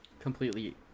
Completely